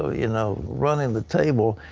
ah you know, running the table.